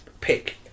pick